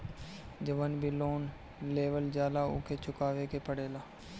जवन भी लोन लेवल जाला उके चुकावे के पड़ेला